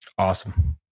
Awesome